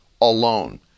alone